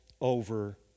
over